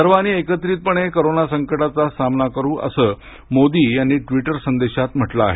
सर्वांनी एकत्रितपणे कोरोना संकटाचा सामना करू असं मोदी यांनी ट्वीटर संदेशात म्हटलं आहे